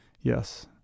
Yes